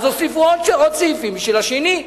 הוסיפו עוד סעיפים בשביל השני,